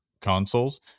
consoles